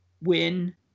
win